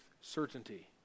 certainty